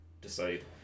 decide